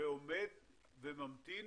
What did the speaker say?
שעומד וממתין